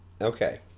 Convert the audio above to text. Okay